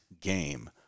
game